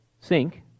sink